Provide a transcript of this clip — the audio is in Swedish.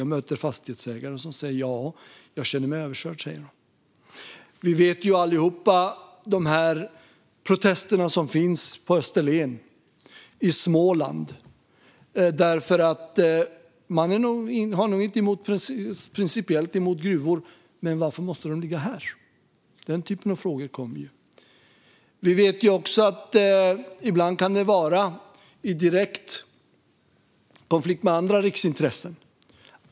Jag möter fastighetsägare som säger: Ja, jag känner mig överkörd. Vi känner allihop till protesterna som finns på Österlen och i Småland. Man är nog inte principiellt emot gruvor, men man undrar: Varför måste de ligga här? Den typen av frågor kommer. Vi vet också att detta ibland kan vara i direkt konflikt med andra riksintressen.